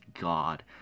god